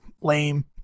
Lame